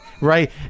right